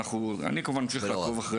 אמשיך לעקוב.